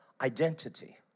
identity